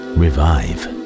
revive